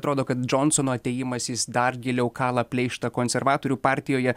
atrodo kad džonsono atėjimas jis dar giliau kala pleištą konservatorių partijoje